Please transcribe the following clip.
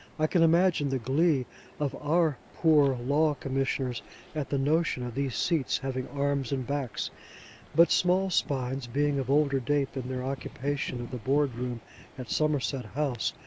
i can imagine the glee of our poor law commissioners at the notion of these seats having arms and backs but small spines being of older date than their occupation of the board-room at somerset house,